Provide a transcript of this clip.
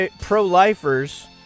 pro-lifers